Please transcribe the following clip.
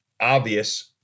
obvious